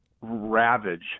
ravage